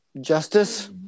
justice